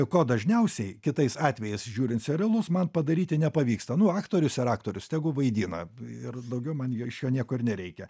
ko dažniausiai kitais atvejais žiūrint serialus man padaryti nepavyksta nu aktorius yra aktorius tegu vaidina ir daugiau man jo iš jo nieko ir nereikia